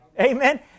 Amen